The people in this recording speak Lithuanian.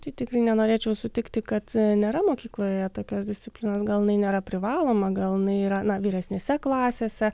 tai tikrai nenorėčiau sutikti kad nėra mokykloje tokios disciplinos gal jinai nėra privaloma gal jinai yra na vyresnėse klasėse